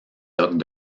docks